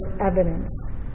evidence